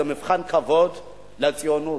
זה מבחן כבוד לציונות.